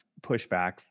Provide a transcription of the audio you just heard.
pushback